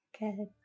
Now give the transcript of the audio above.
Good